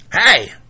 Hey